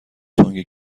تنگ